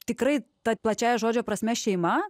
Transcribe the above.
tikrai ta plačiąja žodžio prasme šeima